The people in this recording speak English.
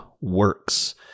works